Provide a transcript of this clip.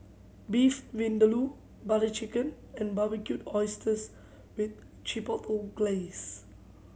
Beef Vindaloo Butter Chicken and Barbecued Oysters with Chipotle Glaze